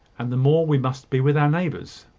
and the more we must be with our neighbours,